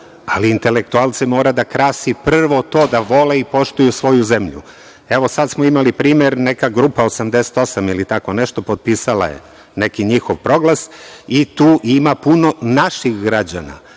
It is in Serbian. ali intelektualce mora da krasi prvo to da vole i poštuju svoju zemlju. Evo, sada smo imali primer, neka „Grupa 88“, ili tako nešto, potpisala je neki njihov proglas i tu ima puno naših građana